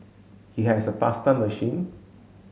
he has a pasta machine